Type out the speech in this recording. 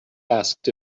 asked